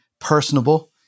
personable